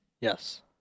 Yes